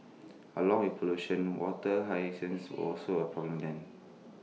along with pollution water hyacinths were also A problem then